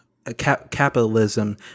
Capitalism